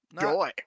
Joy